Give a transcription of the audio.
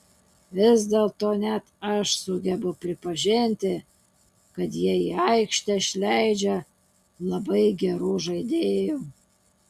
vis dėlto net aš sugebu pripažinti kad jie į aikštę išleidžia labai gerų žaidėjų